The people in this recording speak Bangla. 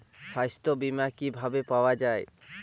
সাস্থ্য বিমা কি ভাবে পাওয়া যায়?